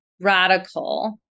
radical